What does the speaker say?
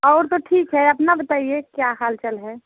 और तो ठीक है अपना बताइए क्या हाल चाल है